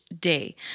day